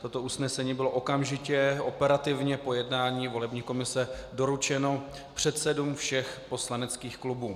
Toto usnesení bylo okamžitě operativně po jednání volební komise doručeno předsedům všech poslaneckých klubů.